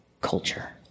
culture